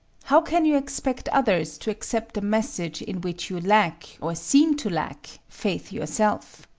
how can you expect others to accept a message in which you lack, or seem to lack, faith yourself?